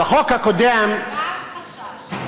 בחוק הקודם, גם חשש.